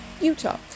Utah